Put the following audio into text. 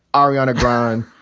ariana grande,